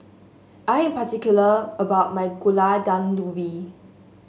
I am particular about my Gulai Daun Ubi